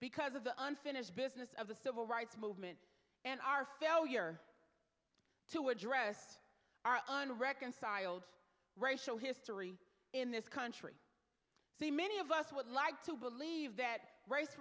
because of the unfinished business of the civil rights movement and our failure to address our unreconciled racial history in this country see many of us would like to believe that race